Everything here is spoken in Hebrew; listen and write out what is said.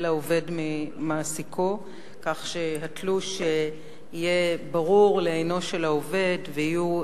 העובד ממעסיקו כך שהתלוש יהיה ברור לעינו של העובד ויהיו